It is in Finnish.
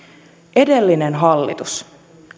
edellinen hallitus